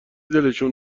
دلشون